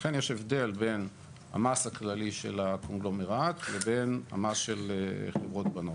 לכן יש הבדל בין המס הכללי של הקונגלומרט לבין המס של חברות בנות.